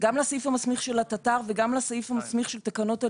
גם לסעיף המסמיך של התט"ר וגם לסעיף המסמיך של תקנות הלימודים,